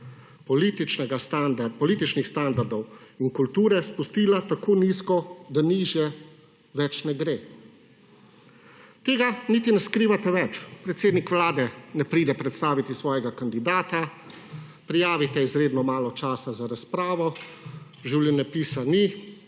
političnih standardov in kulture spustila tako nizko, da nižje več ne gre. Tega niti ne skrivate več. Predsednik Vlade ne pride predstaviti svojega kandidata. Prijavite izredno malo časa za razpravo. Življenjepisa ni.